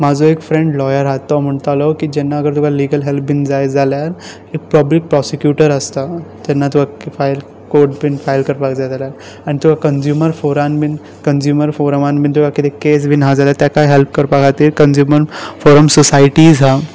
म्हजो एक friend lawyer आसा तो म्हणटालो जेन्ना तुका लिगलाक हॅल्प बी जाय जाल्यार पब्लीक प्रोसिक्यूटर आसता तेन्ना तुका फायल कोट बी फायल बी करपाक जाय जाल्यार आनी कंज्युमर फोरान बी कंज्युमर फोरमान बी तुका कितें केस बी आसा जाल्यार हॅल्प करपा खातीर कंज्युमर फोरम सोसायटीज आसा